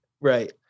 right